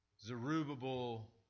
Zerubbabel